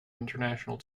international